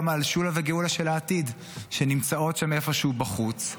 ואני חושב גם על שולה וגאולה של העתיד שנמצאות שם איפשהו בחוץ,